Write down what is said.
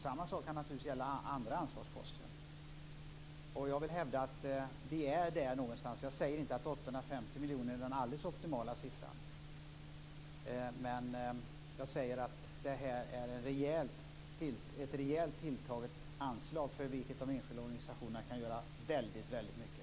Samma sak kan naturligtvis gälla andra anslagsposter. Jag vill hävda att vi är där någonstans. Jag säger inte att 850 miljoner är den alldeles optimala summan men att det är ett rejält tilltaget anslag, för vilket de enskilda organisationerna kan göra väldigt mycket.